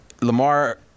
Lamar